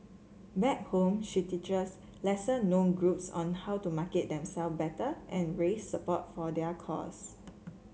back home she teaches lesser known groups on how to market them self better and raise support for their cause